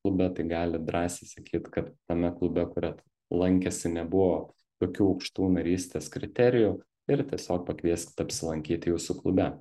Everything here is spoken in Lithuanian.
klube tai galit drąsiai sakyt kad tame klube kuriat lankėsi nebuvo tokių aukštų narystės kriterijų ir tiesiog pakvieskit apsilankyti jūsų klube